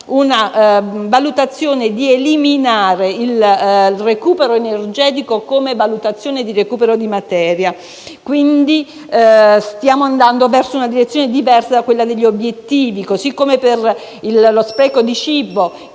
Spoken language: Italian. c'era l'idea di eliminare il recupero energetico come valutazione di recupero di materia. Stiamo andando verso una direzione diversa da quella degli obiettivi anche per lo spreco di cibo;